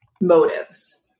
motives